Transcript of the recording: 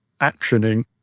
actioning